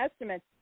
estimates